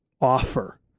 offer